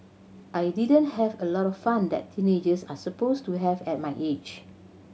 I didn't have a lot of fun that teenagers are supposed to have at my age